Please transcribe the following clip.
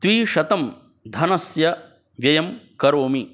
द्विशतं धनस्य व्ययं करोमि